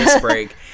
break